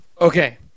Okay